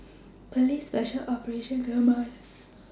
Police Special Operations Command